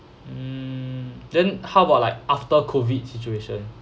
mm then how about like after COVID situation